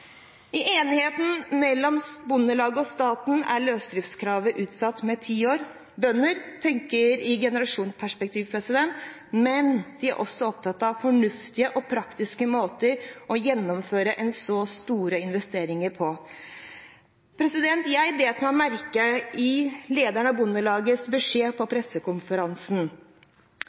I enigheten mellom Bondelaget og staten er løsdriftskravet utsatt med ti år. Bønder tenker i generasjonsperspektiv, men de er også opptatt av fornuftige og praktiske måter å gjennomføre så store investeringer på. Jeg bet meg merke i beskjeden fra lederen av Bondelaget på pressekonferansen: